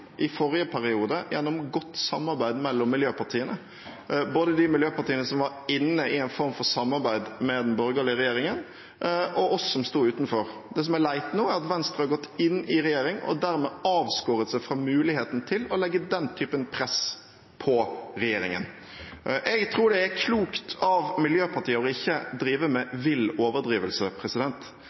i forrige periode, gjennom godt samarbeid mellom miljøpartiene, både de miljøpartiene som var inne i en form for samarbeid med den borgerlige regjeringen, og vi som sto utenfor. Det som er leit nå, er at Venstre har gått inn i regjering – og dermed er avskåret fra muligheten til å legge den typen press på regjeringen. Jeg tror det er klokt av miljøpartier ikke å drive med vill overdrivelse.